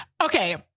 Okay